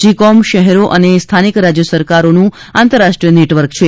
જીકોમ શહેરો અને સ્થાનિક રાજ્ય સરકારોનું આંતરરાષ્ટ્રીય નેટવર્ક છે